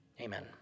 Amen